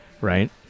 Right